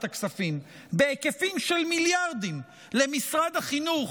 הכספים בהיקפים של מיליארדים למשרד החינוך,